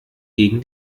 gegen